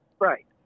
Right